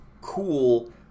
cool